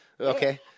Okay